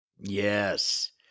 Yes